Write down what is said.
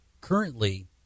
Currently